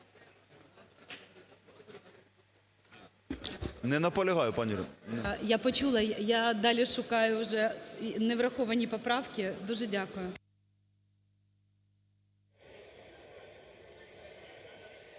Не наполягаю, пані Ірино. ГОЛОВУЮЧИЙ. Я почула. Я далі шукаю вже невраховані поправки. Дуже дякую.